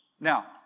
Now